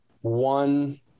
one